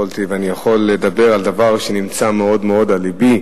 ואני יכול לדבר על דבר שנמצא מאוד מאוד על לבי.